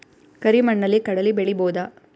ಕರಿ ಮಣ್ಣಲಿ ಕಡಲಿ ಬೆಳಿ ಬೋದ?